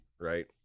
right